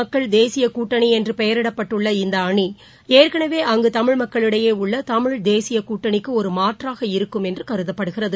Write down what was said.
மக்கள் தேசியகூட்டணிஎன்றுபெயரிடப்பட்டுள்ள இந்தஅணிஏற்கனவேஅங்குதமிழ் மக்களிடையேஉள்ளதமிழ் தேசியகூட்டணிக்குஒருமாற்றாக இருக்கும் என்றுகருதப்படுகிறது